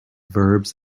verbs